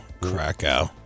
Krakow